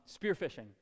spearfishing